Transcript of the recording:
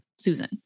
Susan